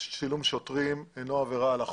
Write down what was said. צילום שוטרים אינו עבירה על החוק.